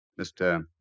Mr